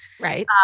Right